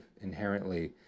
inherently